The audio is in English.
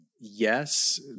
yes